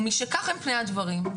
ומשכך הם פני הדברים,